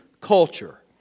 culture